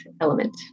element